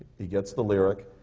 he gets the lyric,